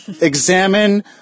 examine